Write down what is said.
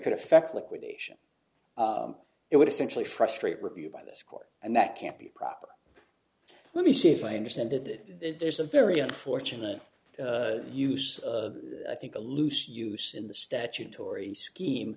could affect liquidation it would essentially frustrate review by this court and that can't be a problem let me see if i understand that there's a very unfortunate use i think a loose use in the statutory scheme